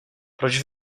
proč